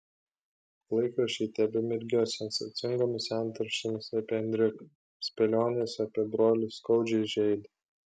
laikraščiai tebemirgėjo sensacingomis antraštėmis apie enriką spėlionės apie brolį skaudžiai žeidė